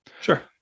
Sure